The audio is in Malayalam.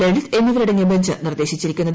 ലളിത് എന്നിവരടങ്ങിയ ബെഞ്ച് നിർദ്ദേശിച്ചിരിക്കുന്നത്